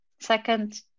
Second